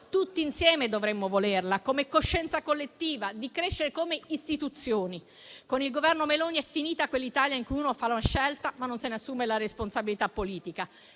Tutti insieme dovremmo volerla, come coscienza collettiva di crescere come istituzioni. Con il Governo Meloni è finita quell'Italia in cui uno fa una scelta, ma non se ne assume la responsabilità politica.